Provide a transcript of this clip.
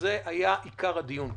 וזה היה עיקר הדיון כאן.